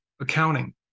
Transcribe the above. accounting